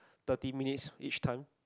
thirty minutes each time